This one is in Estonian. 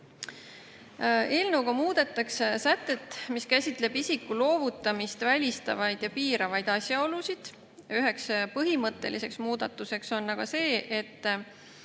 Eelnõuga muudetakse sätet, mis käsitleb isiku loovutamist välistavaid ja piiravaid asjaolusid. Üheks põhimõtteliseks muudatuseks on aga üks